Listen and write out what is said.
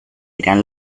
irán